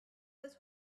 this